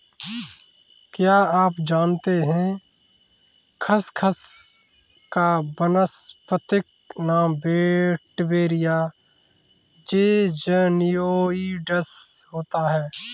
क्या आप जानते है खसखस का वानस्पतिक नाम वेटिवेरिया ज़िज़नियोइडिस होता है?